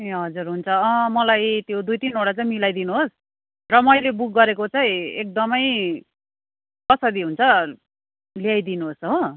ए हजुर हुन्छ मलाई त्यो दुई तिनवटा चाहिँ मिलाइदिनु होस् र मैले बुक गरेको चाहिँ एकदमै कसरी हुन्छ ल्याइदिनु होस् हो